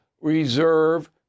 reserve